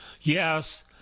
yes